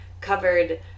covered